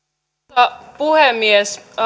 arvoisa puhemies